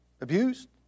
Abused